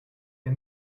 ihr